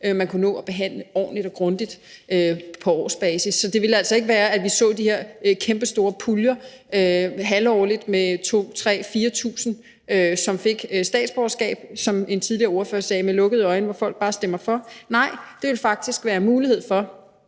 man kunne nå at behandle ordentligt og grundigt på årsbasis. Så det ville altså ikke være, at vi så de her kæmpestore puljer halvårligt med 2.000-3.000-4.000, som blev givet statsborgerskab med lukkede øjne – som en tidligere ordfører sagde – hvor folk bare stemmer for. Nej, det ville faktisk være en mulighed for